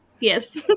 yes